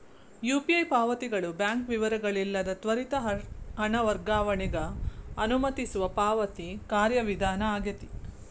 UPI ಪಾವತಿಗಳು bank ವಿವರಗಳಿಲ್ಲದ ತ್ವರಿತ ಹಣ ವರ್ಗಾವಣೆಗ ಅನುಮತಿಸುವ ಪಾವತಿ ಕಾರ್ಯವಿಧಾನ ಆಗೆತಿ